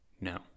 No